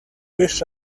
wish